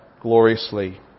gloriously